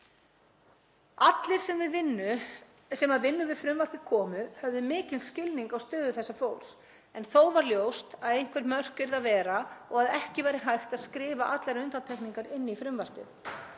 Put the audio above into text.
Allir sem að vinnu við frumvarpið komu höfðu mikinn skilning á stöðu þessa fólks en þó var ljóst að einhver mörk yrðu að vera og að ekki væri hægt að skrifa allar undantekningar inn í frumvarpið.